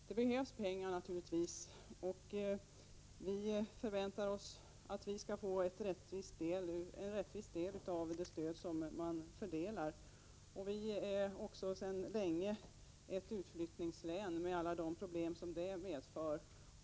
Naturligtvis behövs det pengar, och vi förväntar oss att vi skall få en rättvis del av det stöd som fördelas. Sedan lång tid tillbaka är Västerbotten ett utflyttningslän med de problem som detta medför.